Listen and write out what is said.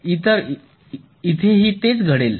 तर इथेही तेच घडेल